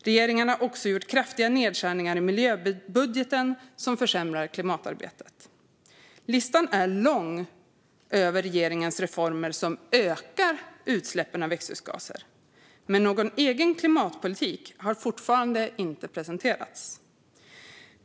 Regeringen har också gjort kraftiga nedskärningar i miljöbudgeten som försämrar klimatarbetet. Listan är lång över regeringens reformer som ökar utsläppen av växthusgaser. Men någon egen klimatpolitik har fortfarande inte presenterats.